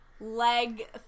leg